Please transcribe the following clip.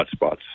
hotspots